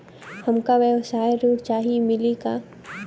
हमका व्यवसाय ऋण चाही मिली का?